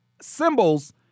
symbols